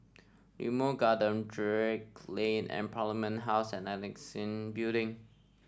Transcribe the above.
Limau Garden Drake Lane and Parliament House and Annexe Building